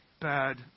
bad